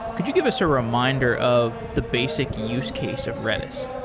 could you give us a reminder of the basic use case of redis?